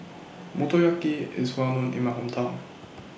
Motoyaki IS Well known in My Hometown